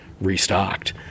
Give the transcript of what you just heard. restocked